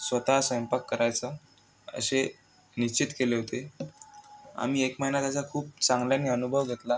स्वता सैंपाक करायचं अशे निश्चित केले होते आम्ही एक महिना त्याचा खूप चांगल्यानी अनुभव घेतला